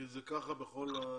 כי זה ככה בכל האוניברסיטאות.